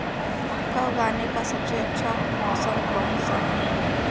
मक्का उगाने का सबसे अच्छा मौसम कौनसा है?